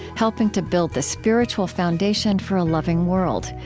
helping to build the spiritual foundation for a loving world.